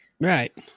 right